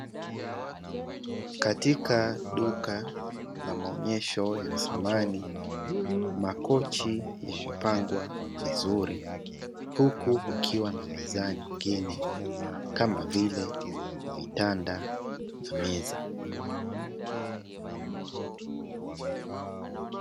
Katika duka la maonyesho ya samani, makochi yamepangwa vizur,i huku kukiwa na bidhaa nyingine kama vile vitanda na meza.